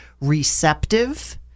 receptive